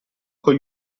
con